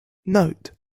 note